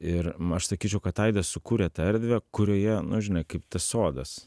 ir aš sakyčiau kad aidas sukūrė tą erdvę kurioje nu žinai kaip tas sodas